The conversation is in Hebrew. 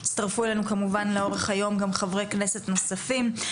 יצטרפו אלינו כמובן לאורך היום גם חברי כנסת נוספים.